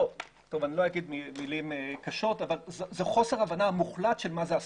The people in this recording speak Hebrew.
אני לא אומר מילים קשות אבל זה חוסר הבנה מוחלט של מה זה עסקים.